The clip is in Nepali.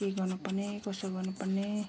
के गर्नु पर्ने कसो गर्नु पर्ने